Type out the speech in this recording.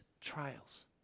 trials